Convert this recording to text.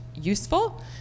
useful